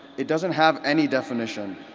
it doesn't have any definition.